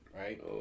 right